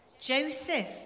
Joseph